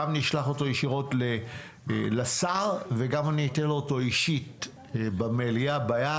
גם נשלח אותו ישירות לשר וגם אני אתן לו אותו אישית במליאה ביד.